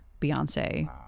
Beyonce